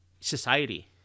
society